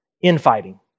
infighting